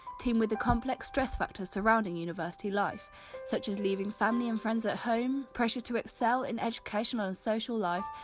teamed with the complex stress factors surrounding university life such as leaving family and friends at home, pressure to excel in educational and social life,